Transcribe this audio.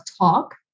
talk